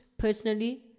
Personally